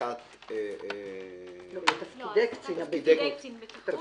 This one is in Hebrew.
לתפקידי קצין הבטיחות.